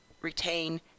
retain